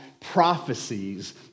prophecies